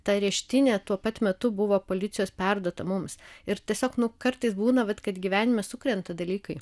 ta areštinė tuo pat metu buvo policijos perduota mums ir tiesiog nu kartais būna vat kad gyvenime sukrenta dalykai